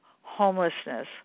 homelessness